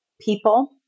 people